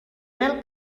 mel